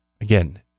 Again